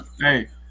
Hey